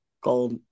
gold